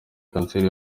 kanseri